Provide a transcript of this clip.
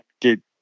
get